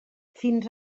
fins